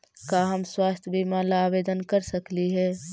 का हम स्वास्थ्य बीमा ला आवेदन कर सकली हे?